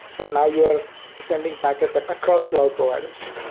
but now you are sending packets ah across cloud providers,